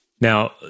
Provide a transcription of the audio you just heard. Now